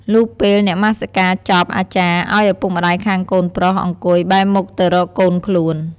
លុះពេលនមស្សការចប់អាចារ្យ ឲ្យឪពុកម្តាយខាងកូនប្រុស អង្គុយ បែរមុខទៅរកកូនខ្លួន ។